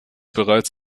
bereits